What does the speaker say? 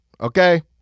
okay